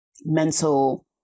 mental